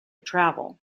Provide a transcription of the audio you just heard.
travel